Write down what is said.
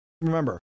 remember